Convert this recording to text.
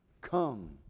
come